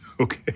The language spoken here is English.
Okay